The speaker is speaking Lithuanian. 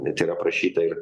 net ir aprašyta ir